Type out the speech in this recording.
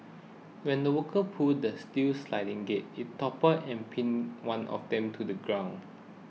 when the workers pulled the steel sliding gate it toppled and pinned one of them to the ground